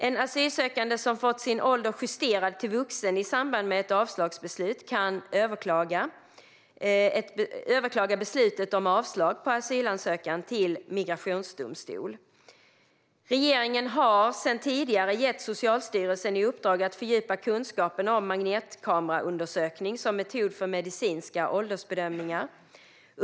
En asylsökande som fått sin ålder justerad till vuxen i samband med ett avslagsbeslut kan överklaga beslutet om avslag på asylansökan till migrationsdomstol. Regeringen har tidigare gett Socialstyrelsen i uppdrag att fördjupa kunskapen om magnetkameraundersökning som metod för medicinska åldersbedömningar.